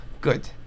Good